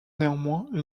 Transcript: néanmoins